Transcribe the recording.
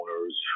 owners